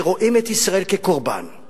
שרואים את ישראל כקורבן, היא